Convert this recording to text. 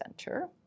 center